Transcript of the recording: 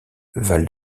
val